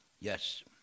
Yes